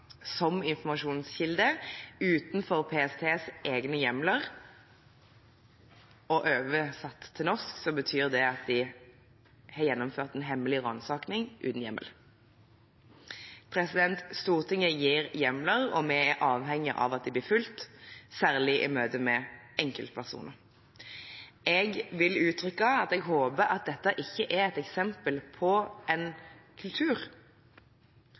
som informasjonskilde utenfor PSTs egne hjemler. Oversatt til norsk betyr det at de har gjennomført en hemmelig ransaking uten hjemmel. Stortinget gir hjemler, og vi er avhengige av at de blir fulgt, særlig i møte med enkeltpersoner. Jeg vil uttrykke at jeg håper at dette ikke er et eksempel på en kultur.